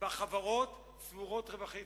בחברות צבורים רווחים.